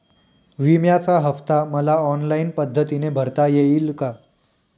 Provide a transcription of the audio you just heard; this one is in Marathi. विम्याचा हफ्ता मला ऑनलाईन पद्धतीने भरता येईल का?